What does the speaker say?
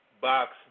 box